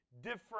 different